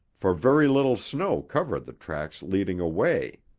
for very little snow covered the tracks leading away.